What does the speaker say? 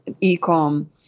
e-com